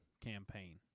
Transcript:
campaign